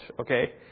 Okay